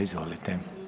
Izvolite.